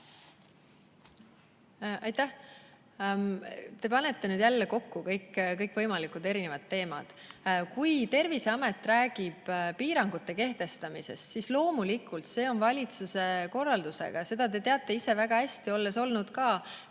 Aitäh! Te panete nüüd jälle kokku kõikvõimalikud erinevad teemad. Kui Terviseamet räägib piirangute kehtestamisest, siis loomulikult see toimub valitsuse korraldusega, seda te teate ise väga hästi, olles olnud ka